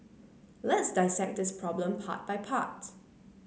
let's dissect this problem part by part